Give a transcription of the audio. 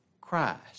Christ